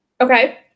Okay